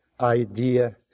idea